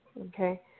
okay